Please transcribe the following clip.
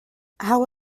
how